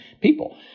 people